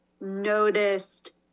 noticed